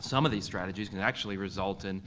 some of these strategies can actually result in,